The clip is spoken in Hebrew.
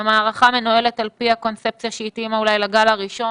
המערכה מנוהלת על-פי הקונספציה שהתאימה אולי לגל הראשון.